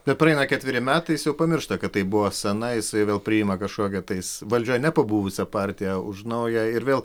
bet praeina ketveri metais jis jau pamiršta kad tai buvo sena jisai vėl priima kažkokią tais valdžioj nepabuvusią partiją už naują ir vėl